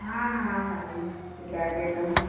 हाँ हाँ भाई सिखाते तो हैं